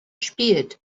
spielt